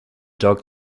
dog